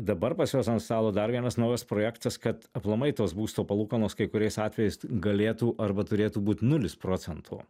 dabar pas juos ant stalo dar vienas naujas projektas kad aplamai tos būsto palūkanos kai kuriais atvejais galėtų arba turėtų būt nulis procento